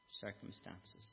circumstances